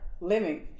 living